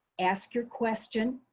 ask your question,